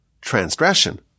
transgression